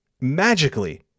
Magically